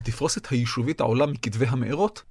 תפרוסת היישובית העולה מכתבי המארות